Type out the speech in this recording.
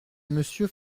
monsieur